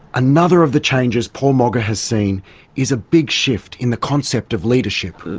another of the changes paul moggach has seen is a big shift in the concept of leadership.